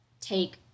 take